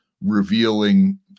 revealing